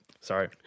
sorry